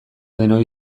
denoi